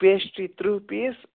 pastry ترٕٛہ پیٖس